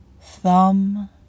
thumb